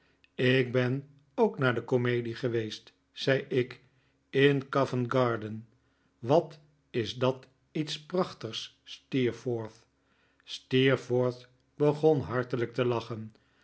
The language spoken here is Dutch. ik ben ook naar de komedie geweest zei ik in covent garden wat is dat iets prachtigs steerforth steerforth begon hartelijk te lachen